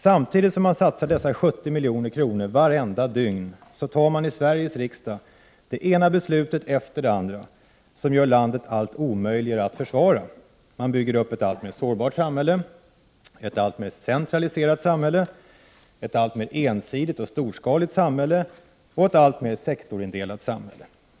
Samtidigt som man satsar dessa 70 milj.kr. vartenda dygn fattar man i Sverige det ena beslutet efter det andra, som gör att det blir allt omöjligare att försvara landet. Man bygger upp ett alltmer sårbart, ett alltmer centraliserat, ett alltmer ensidigt och storskaligt och ett alltmer sektorindelat samhälle.